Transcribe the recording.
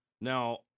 now